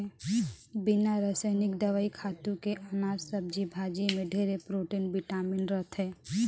बिना रसइनिक दवई, खातू के अनाज, सब्जी भाजी में ढेरे प्रोटिन, बिटामिन रहथे